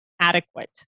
adequate